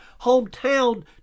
hometown